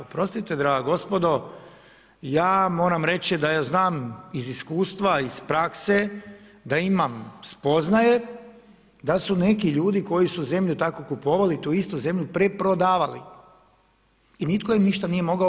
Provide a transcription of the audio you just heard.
Oprostite draga gospodo, ja moram reći da ja znam iz iskustva, iz prakse da imam spoznaje da su neki ljudi koji su zemlju tako kupovali tu istu zemlju preprodavali i nitko im ništa nije mogao.